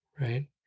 right